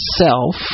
self